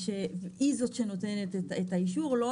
שהיא זו שנותנת את האישור או לא,